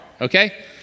okay